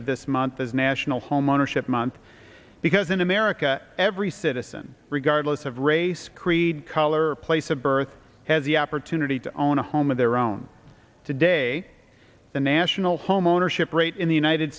of this month as national homeownership month because in america every citizen regardless of race creed color or place of birth has the opportunity to own a home of their own today the national homeownership rate in the united